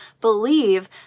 believe